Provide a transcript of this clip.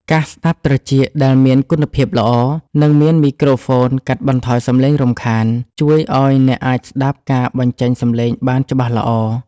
កាសស្ដាប់ត្រចៀកដែលមានគុណភាពល្អ និងមានមីក្រូហ្វូនកាត់បន្ថយសម្លេងរំខាន ជួយឱ្យអ្នកអាចស្ដាប់ការបញ្ចេញសម្លេងបានច្បាស់ល្អ។